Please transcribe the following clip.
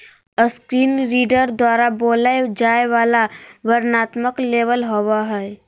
screen reader द्वारा बोलय जाय वला वर्णनात्मक लेबल होबो हइ